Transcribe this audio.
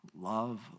Love